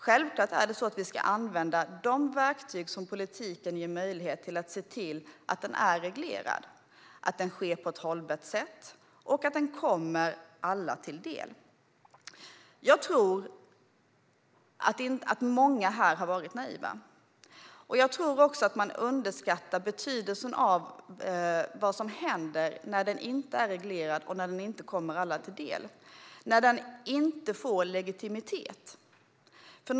Självklart ska vi använda de verktyg som politiken ger oss möjlighet till för att se till att handeln är reglerad, att den sker på ett hållbart sätt och att den kommer alla till del. Jag tror att många här har varit naiva. Jag tror också att man underskattar betydelsen av vad som händer när handeln inte är reglerad och inte kommer alla till del, när den inte får legitimitet.